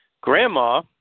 Grandma